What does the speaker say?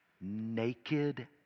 naked